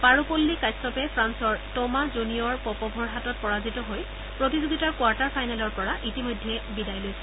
পাৰুপল্লি কাশ্যপে ফ্ৰান্সৰ Toma junior পপভৰ হাতত পৰাজিত হৈ প্ৰতিযোগিতাৰ কোৱাৰ্টাৰ ফাইনেলৰ পৰা ইতিমধ্যে বিদায় লৈছে